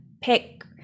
pick